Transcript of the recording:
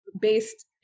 based